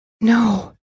No